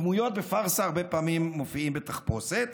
דמויות בפארסה הרבה פעמים מופיעות בתחפושת